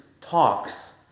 talks